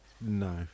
No